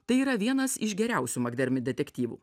tai yra vienas iš geriausių makdermi detektyvų